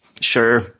Sure